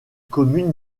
commune